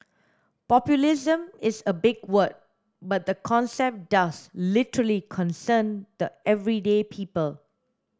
populism is a big word but the concept does literally concern the everyday people